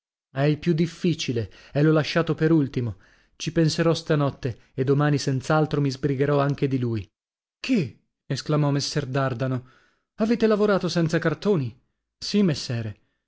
è il più difficile e l'ho lasciato per l'ultimo ci penserò stanotte e domani senz'altro mi sbrigherò anche di lui che esclamò messer cardano avete lavorato senza cartoni sì messere